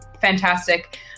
fantastic